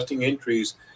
entries